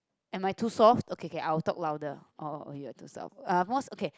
am I too soft okay okay I will talk louder oh you are too soft uh most okay